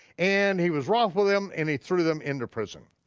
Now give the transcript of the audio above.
and he was rough with them and he threw them into prison.